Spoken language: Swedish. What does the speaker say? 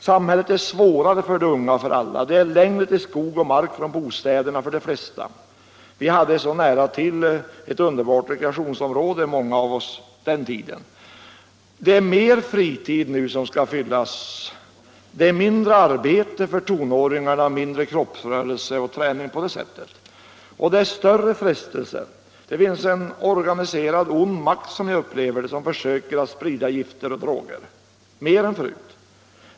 Samhället är svårare för de unga och för alla andra. Det är längre till skog och mark = många av oss hade på den tiden nära till underbara rekreationsområden. Det är nu en längre fritid som skall fyllas. Det är mindre arbete för tonåringarna, och de får mindre av kroppsrörelse och träning på det sättet. Det är numera också större frestelser. Det finns, som jag upplever det, nu mer än tidigare en organiserad ond makt som försöker sprida gifter och droger.